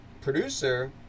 producer